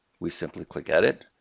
we simply click at it,